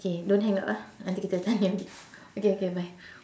K don't hang up ah nanti kita tanya okay okay bye